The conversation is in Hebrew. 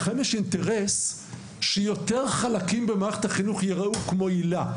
לכם יש אינטרס שיותר חלקים במערכת החינוך ייראו כמו היל"ה.